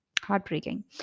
heartbreaking